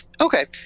Okay